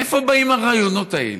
מאיפה באים הרעיונות האלה?